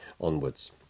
onwards